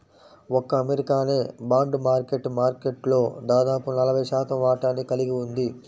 ఒక్క అమెరికానే bond market మార్కెట్లో దాదాపు నలభై శాతం వాటాని కలిగి ఉంది